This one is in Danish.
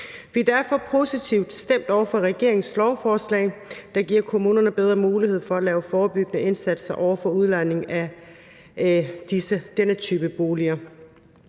Vi er derfor positivt stemt over for regeringens lovforslag, der giver kommunerne bedre mulighed for at lave forebyggende indsatser over for udlejning af denne type boliger.